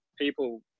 people